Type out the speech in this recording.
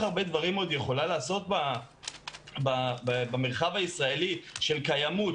הרבה דברים עוד יכולה לעשות במרחב הישראלי של קיימות,